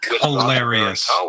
hilarious